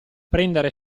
prendere